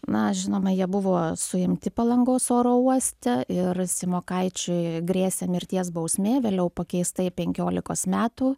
na žinoma jie buvo suimti palangos oro uoste ir simokaičiui grėsė mirties bausmė vėliau pakeista į penkiolikos metų